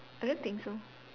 I don't think so